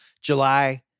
July